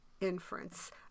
inference